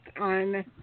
on